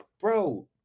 bro